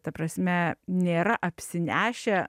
ta prasme nėra apsinešę